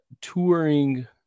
touring